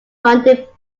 funded